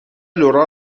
لورا